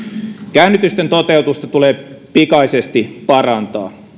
käännytysten toteutusta tulee pikaisesti parantaa